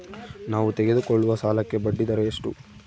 ನಾವು ತೆಗೆದುಕೊಳ್ಳುವ ಸಾಲಕ್ಕೆ ಬಡ್ಡಿದರ ಎಷ್ಟು?